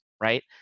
right